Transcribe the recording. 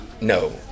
No